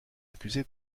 accusé